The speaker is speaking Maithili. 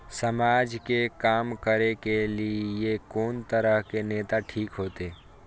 समाज के काम करें के ली ये कोन तरह के नेता ठीक होते?